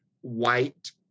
white